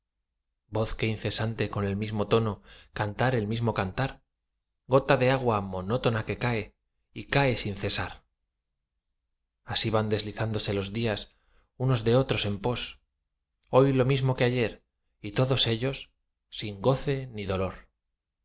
que incesante con el mismo tono canta el mismo cantar gota de agua monótona que cae y cae sin cesar así van deslizándose los días unos de otros en pos hoy lo mismo que ayer y todos ellos sin goce ni dolor